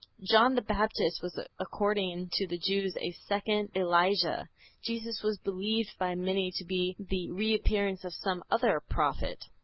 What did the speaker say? john the baptist was ah according to the jews a second elijah jesus was believed by many to be the re-appearance of some other prophet.